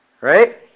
Right